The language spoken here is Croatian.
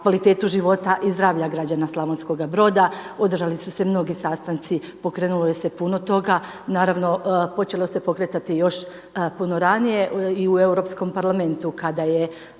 kvalitetu života i zdravlja građana Slavonskoga Broda. Održali su se mnogi sastanci, pokrenulo se puno toga. Naravno počelo se pokretati još puno ranije i u Europskom parlamentu kada je